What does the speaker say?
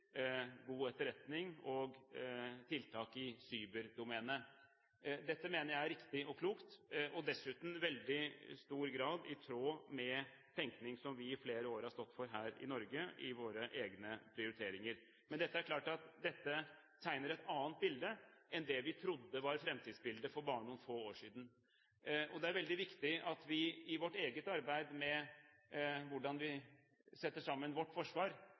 god etterretning og tiltak i cyberdomenet. Dette mener jeg er riktig og klokt og dessuten i veldig stor grad i tråd med tenkning som vi i flere år har stått for her i Norge, i våre egne prioriteringer. Men det er klart at dette tegner et annet bilde enn det vi trodde var fremtidsbildet for bare noen få år siden. Det er veldig viktig at vi – i vårt eget arbeid med hvordan vi setter sammen vårt forsvar